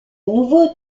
nouveau